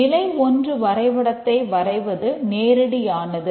நிலை 1 வரைபடத்தை வரைவதும் நேரடியானது